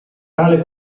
tale